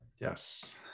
yes